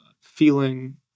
feeling